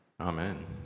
Amen